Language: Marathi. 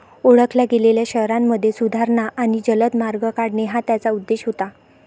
ओळखल्या गेलेल्या शहरांमध्ये सुधारणा आणि जलद मार्ग काढणे हा त्याचा उद्देश होता